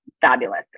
fabulous